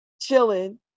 chilling